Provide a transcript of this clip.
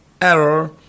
error